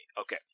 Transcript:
Okay